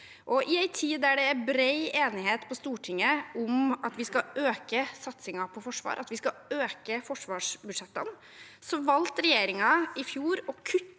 I en tid der det er bred enighet på Stortinget om at vi skal øke satsingen på Forsvaret, at vi skal øke forsvarsbudsjettene, valgte regjeringen i fjor å kutte